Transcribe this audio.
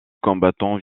combattants